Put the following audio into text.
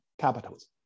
capitals